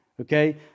okay